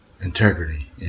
integrity